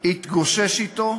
התגושש אתו,